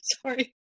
sorry